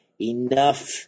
enough